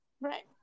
right